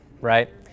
right